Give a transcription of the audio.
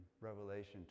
Revelation